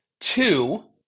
Two